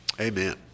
Amen